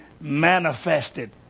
manifested